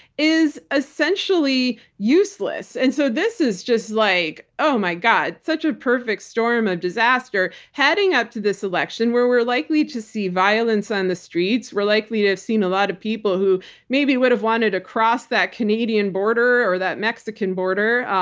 is essentially useless. and so this is just like, oh my god, such a perfect storm of disaster heading up to this election where we're likely to see violence on the streets. we're likely to have seen a lot of people who maybe would've wanted to cross that canadian border or that mexican border.